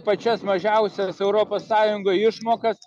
pačias mažiausias europos sąjungoj išmokas